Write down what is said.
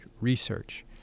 research